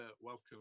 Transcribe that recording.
welcome